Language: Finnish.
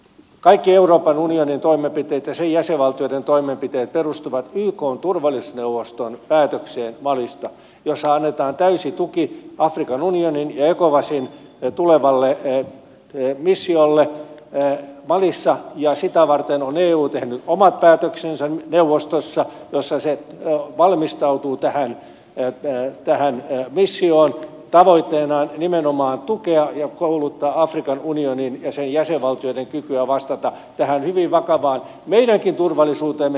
kaikki euroopan unionin toimenpiteet ja sen jäsenvaltioiden toimenpiteet perustuvat ykn turvallisuusneuvoston päätökseen malista jossa annetaan täysi tuki afrikan unionin ja ecowasin tulevalle missiolle malissa ja sitä varten on eu tehnyt neuvostossa omat päätöksensä jossa se valmistautuu tähän missioon tavoitteenaan nimenomaan tukea ja kouluttaa afrikan unionin ja sen jäsenvaltioiden kykyä vastata tähän hyvin vakavaan meidänkin turvallisuuteemme heijastuvaan haasteeseen